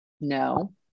No